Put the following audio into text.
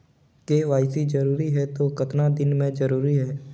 KYC जरूरी हे तो कतना दिन मे जरूरी है?